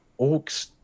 orcs